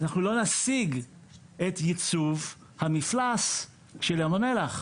אנחנו לא נשיג את ייצוב המפלס של ים המלח.